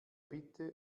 bitte